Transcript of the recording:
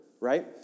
right